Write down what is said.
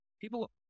People